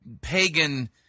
pagan